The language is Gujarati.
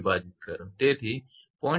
તેથી આ 0